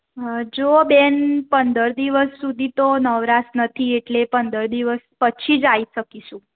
જુઓ બહેન પંદર દિવસ સુધી તો નવરાશ નથી એટલે પંદર દિવસ પછી જ આવી શકીશું